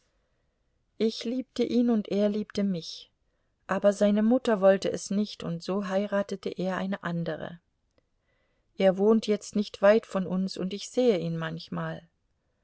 ich liebte ihn und er liebte mich aber seine mutter wollte es nicht und so heiratete er eine andere er wohnt jetzt nicht weit von uns und ich sehe ihn manchmal